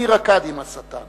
מי רקד עם השטן